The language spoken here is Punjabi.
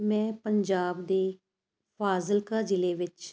ਮੈਂ ਪੰਜਾਬ ਦੇ ਫਾਜ਼ਿਲਕਾ ਜ਼ਿਲ੍ਹੇ ਵਿੱਚ